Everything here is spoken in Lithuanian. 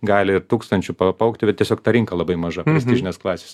gali tūkstančiu pa paaugti bet tiesiog ta rinka labai maža prestižinės klasės